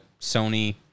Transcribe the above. Sony